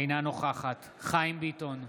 אינה נוכחת חיים ביטון,